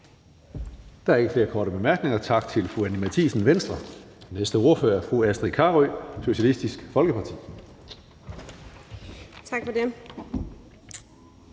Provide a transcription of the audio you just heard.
Der er ikke flere korte bemærkninger. Tak til fru Anni Matthiesen, Venstre. Næste ordfører er fru Astrid Carøe, Socialistisk Folkeparti. Kl.